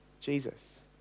Jesus